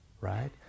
right